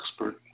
expert